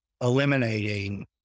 eliminating